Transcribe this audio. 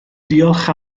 diolch